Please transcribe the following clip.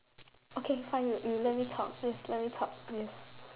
okay fine you you let me talk yes let me talk yes